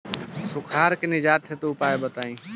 सुखार से निजात हेतु उपाय बताई?